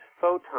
photon